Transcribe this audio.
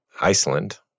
Iceland